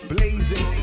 Blazing